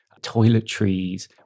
toiletries